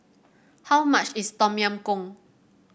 how much is Tom Yam Goong